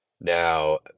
Now